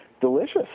delicious